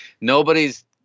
nobody's